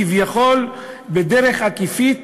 כביכול בדרך עקיפה,